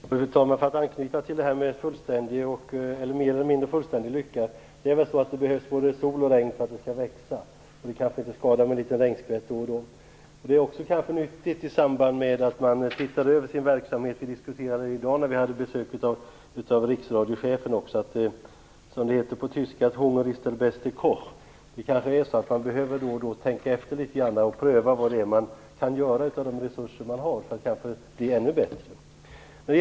Fru talman! För att anknyta till talet om en mer eller mindre fullständig lycka vill jag säga att det behövs både sol och regn för att det skall växa. Det kanske inte skadar med en liten regnskvätt då och då. Det är också nyttigt att se över sin verksamhet. Vi sade oss i dag när vi hade besök av Riksradiochefen att, som det heter på tyska, Hunger ist der beste Koch. Man behöver kanske då och då tänka efter litet grand och pröva vad man kan göra av de resurser som man har, för att ytterligare förbättra verksamheten.